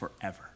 forever